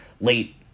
late